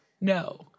No